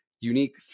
unique